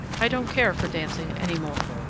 i don't care for dancing any more.